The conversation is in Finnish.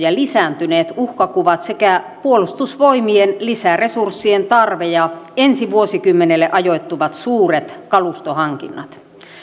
ja lisääntyneet uhkakuvat sekä puolustusvoimien lisäresurssien tarve ja ensi vuosikymmenelle ajoittuvat suuret kalustohankinnat